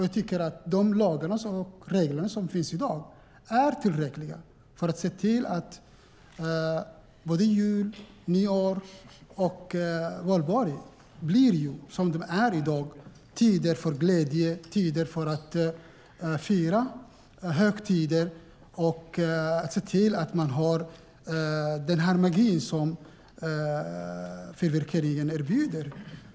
Jag tycker att de lagar och regler som finns i dag är tillräckliga för att se till att såväl jul och nyår som valborg blir, som de är i dag, tider för glädje, för att fira högtider och för att se till att man har den magi fyrverkerier erbjuder.